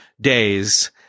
days